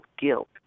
guilt